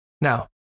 Now